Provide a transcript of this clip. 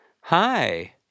Hi